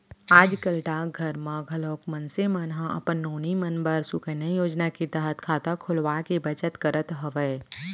आज कल डाकघर मन म घलोक मनसे मन ह अपन नोनी मन बर सुकन्या योजना के तहत खाता खोलवाके बचत करत हवय